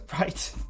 Right